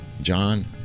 John